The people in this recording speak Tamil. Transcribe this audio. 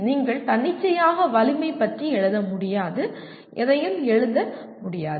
நீங்கள் தன்னிச்சையாக வலிமை பற்றி எழுத முடியாது எதையும் எழுத முடியாது